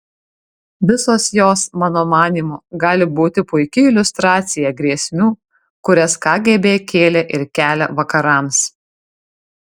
visos jos mano manymu gali būti puiki iliustracija grėsmių kurias kgb kėlė ir kelia vakarams